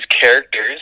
characters